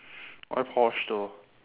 why porsche though